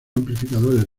amplificadores